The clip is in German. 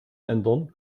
ändern